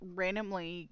randomly